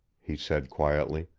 he said quietly.